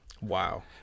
Wow